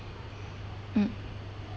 mm